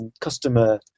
customer